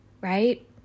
right